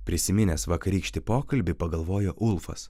prisiminęs vakarykštį pokalbį pagalvojo ulfas